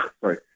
sorry